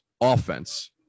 offense